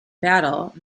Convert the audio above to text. battle